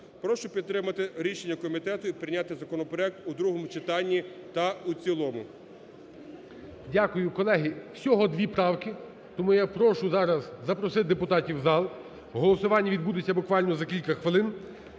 Прошу підтримати рішення комітету і прийняти законопроект у другому читанні та у цілому. ГОЛОВУЮЧИЙ. Дякую. Колеги, всього дві правки. Тому я прошу зараз запросити депутатів в зал. Голосування відбудеться буквально за кілька хвилин.